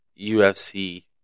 UFC